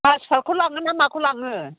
माजबादखौ लाङोना माखौ लाङो